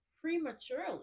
prematurely